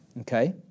okay